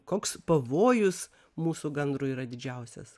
koks pavojus mūsų gandrų yra didžiausias